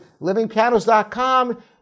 livingpianos.com